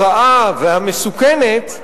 הרעה והמסוכנת,